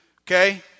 Okay